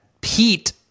Pete